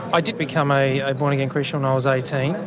i did become a born-again christian when i was eighteen,